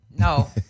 No